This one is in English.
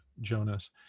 jonas